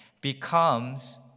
becomes